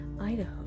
Idaho